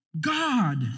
God